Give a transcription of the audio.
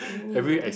oh